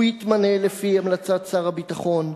הוא יתמנה לפי המלצת שר הביטחון.